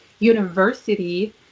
university